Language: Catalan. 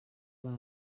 val